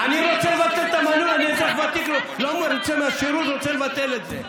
אני רוצה לבטל את המנוי.